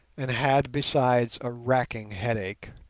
and had besides a racking headache.